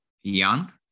young